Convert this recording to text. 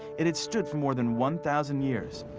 it had stood more than one thousand years.